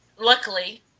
luckily